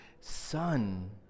son